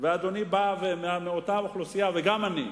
ואדוני בא מאותה אוכלוסייה, וגם אני,